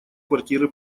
квартиры